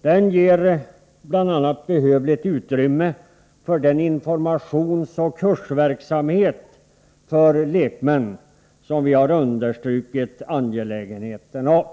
Den ger bl.a. behövligt utrymme för den informationsoch kursverksamhet för lekmän som vi har understrukit angelägenheten av.